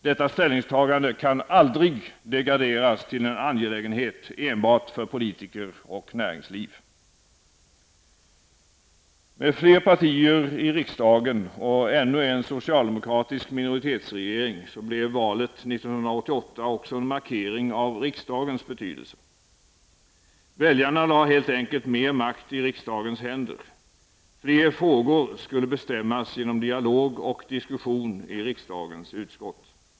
Detta ställningstagande kan aldrig degraderas till en angelägenhet enbart för politker och näringsliv. Med fler partier i riksdagen och ännu en socialdemokratisk minoritetsregering blev valet 1988 också en markering av riksdagens betydelse. Väljarna lade helt enkelt mer makt i riksdagens händer -- fler frågor skulle bestämmas genom dialog och diskussion i riksdagens utskott.